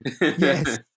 Yes